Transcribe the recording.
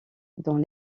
dans